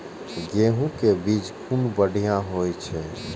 गैहू कै बीज कुन बढ़िया होय छै?